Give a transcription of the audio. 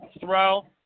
throw